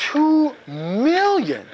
two million